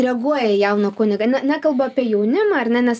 reaguoja į jauną kunigą ne nekalbu apie jaunimą ar ne nes